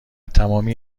تمامی